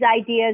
ideas